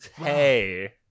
Hey